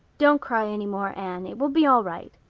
don't cry any more, anne. it will be all right.